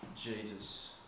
Jesus